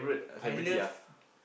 I love